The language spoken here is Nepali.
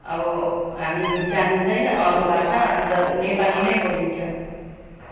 अब हामी जानिँदैन अरू भाषा अन्त नेपाली नै बोलिन्छ